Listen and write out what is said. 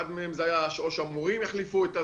אחת מהן הייתה או שהמורים יחליפו,